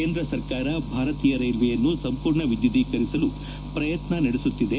ಕೇಂದ್ರ ಸರ್ಕಾರ ಭಾರತೀಯ ರೈಲ್ವೆಯನ್ನು ಸಂಪೂರ್ಣ ವಿದ್ಯುದೀಕರಿಸಲು ಪ್ರಯತ್ನ ನಡೆಸುತ್ತಿದೆ